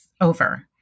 over